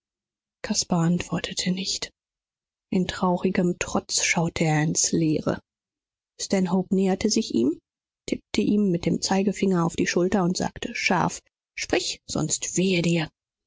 caspar antwortete nicht in traurigem trotz schaute er ins leere stanhope näherte sich ihm tippte ihm mit dem zeigefinger auf die schulter und sagte scharf sprich sonst wehe dir